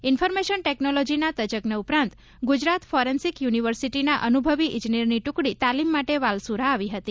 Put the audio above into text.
information ટેકનોલોજીના તજજ્ઞ ઉપરાંત ગુજરાત ફોરેન્સીક યુનિવર્સિટીના અનુભવી ઇજનેરની ટુકડી તાલીમ માટે વાલસુરા આવી હતી